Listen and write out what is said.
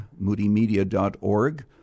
moodymedia.org